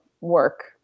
work